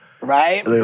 right